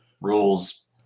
rules